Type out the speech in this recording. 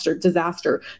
disaster